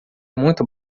muito